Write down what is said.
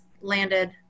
landed